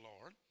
Lord